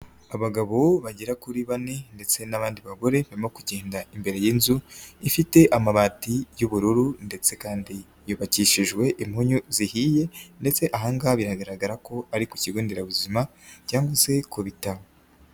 Abagabo bagera kuri bane ndetse n'abandi bagore barimo kugenda imbere y'inzu ifite amabati y'ubururu ndetse kandi yubakishijwe impunyu zihiye ndetse aha ngaha biragaragara ko ari ku kigo nderabuzima cyangwa se ku bitaro.